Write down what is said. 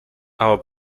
our